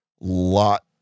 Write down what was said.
lot